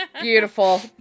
Beautiful